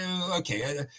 Okay